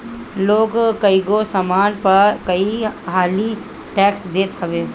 लोग कईगो सामान पअ कई हाली टेक्स देत हवे